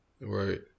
Right